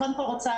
קודם כול אני רוצה